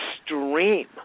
extreme